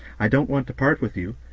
i don't want to part with you,